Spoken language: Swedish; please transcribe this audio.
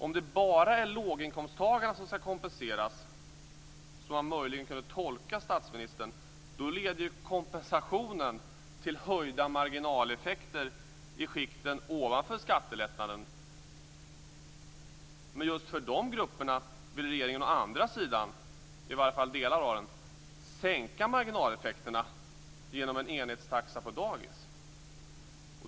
Om det bara är låginkomsttagare som skall kompenseras - som man möjligen kunde tolka statsministern - då leder denna kompensation till höjda marginaleffekter i skikten ovanför skattelättnaden. Men just för dessa grupper vill i varje fall delar av regeringen å andra sidan sänka marginaleffekterna genom en enhetstaxa på dagis.